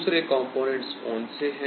दूसरे कंपोनेंट्स कौन से हैं